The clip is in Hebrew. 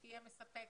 תהיה מספקת,